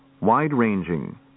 Wide-ranging